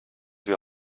wir